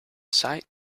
sight